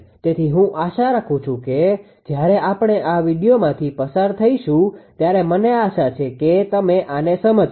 તેથી હું આશા રાખું છું કે જ્યારે આપણે આ વિડિઓમાંથી પસાર થઈશું ત્યારે મને આશા છે કે તમે આને સમજશો